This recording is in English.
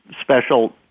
special